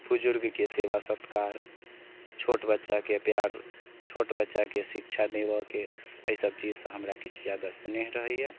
बुजुर्गकेँ सेवा सत्कार छोट बच्चाकेँ प्यार छोट बच्चाके शिक्षा देबैके अइ सभ चीजसँ हमरा किछु जादा स्नेह रहैए